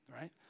right